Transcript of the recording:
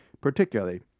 particularly